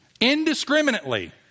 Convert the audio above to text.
Indiscriminately